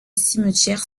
cimetière